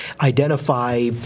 identify